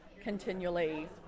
continually